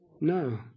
No